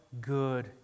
good